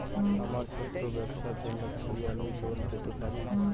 আমার ছোট্ট ব্যাবসার জন্য কি আমি লোন পেতে পারি?